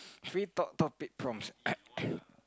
free talk topic prompts